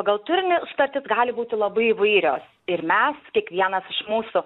pagal turinį sutartys gali būti labai įvairios ir mes kiekvienas iš mūsų